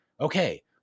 Okay